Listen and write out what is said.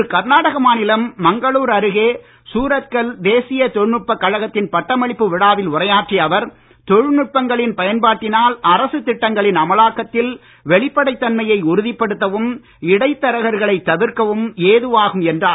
இன்று கர்நாடக மாநிலம் மங்களூர் அருகே சூரத்கல் தேசிய தொழில்நுட்பக் கழகத்தின் பட்டமளிப்பு விழாவில் உரையாற்றிய அவர் தொழில்நுட்பங்களின் பயன்பாட்டினால் அரசுத் திட்டங்களின் அமலாக்கத்தில் வெளிப்படைத் தன்மையை உறுதிப்படுத்தவும் இடைத் தரகர்களைத் தவிர்க்கவும் ஏதுவாகும் என்றார்